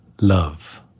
love